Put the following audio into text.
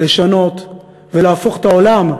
לשנות ולהפוך את העולם,